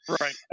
Right